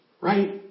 right